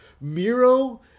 Miro